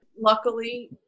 Luckily